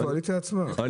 הקואליציה עצמה התנגדה.